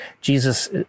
Jesus